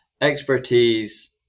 expertise